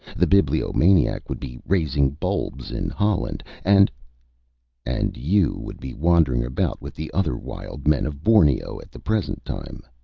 the bibliomaniac would be raising bulbs in holland, and and you would be wandering about with the other wild men of borneo at the present time,